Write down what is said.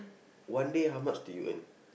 one day how much do you earn